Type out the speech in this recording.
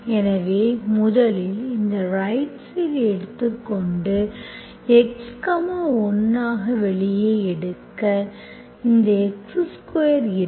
எனவே முதலில் இந்த ரைட் சைடு எடுத்துக் கொண்டு x 1 ஆக வெளியே எடுக்க இந்த x ஸ்கொயர் இருக்கும்